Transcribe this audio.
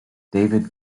david